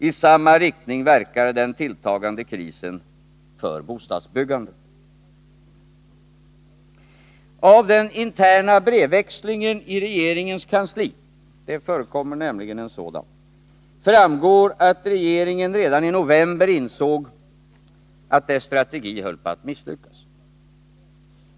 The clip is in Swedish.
I samma riktning verkade den tilltagande krisen för bostadsbyggandet. Av den interna brevväxlingen i regeringens kansli — det förekommer nämligen en sådan — framgår att regeringen redan i november insåg att dess strategi höll på att misslyckas.